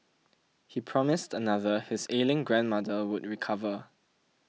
he promised another his ailing grandmother would recover